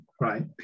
right